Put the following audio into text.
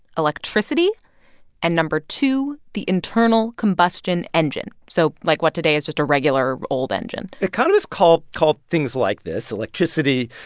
electricity and number two, the internal combustion engine. so, like, what today is just a regular old engine economists call call things like this electricity,